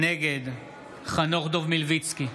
נגד חנוך דב מלביצקי,